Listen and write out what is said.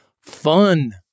fun